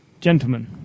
gentlemen